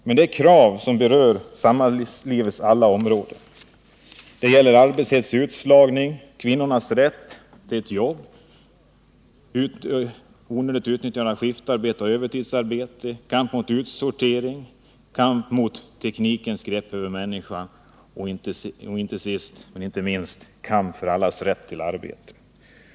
Men det är krav som berör samhällslivets alla områden. Det gäller arbetshets, utslagning, kvinnornas rätt till ett jobb, kamp mot onödigt utnyttjande av skiftarbete och övertidsarbete, kamp mot utsortering, kamp mot teknikens grepp över människan och sist men inte minst kamp för allas rätt till arbete.